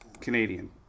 Canadian